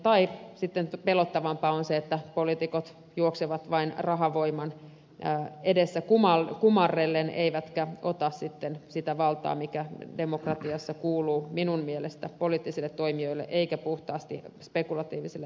tai sitten pelottavampaa on se että poliitikot juoksevat vain rahan voiman edessä kumarrellen eivätkä ota sitä valtaa mikä demokratiassa minun mielestäni kuuluu poliittisille toimijoille eikä puhtaasti spekulatiivisille rahamarkkinoille